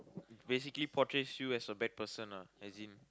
basically portrays you as a bad person ah as in